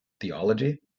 theology